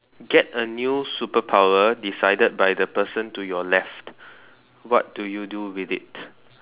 get a new superpower decided by the person decided to your left what do you do with it